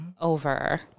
over